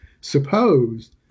suppose